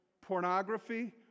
pornography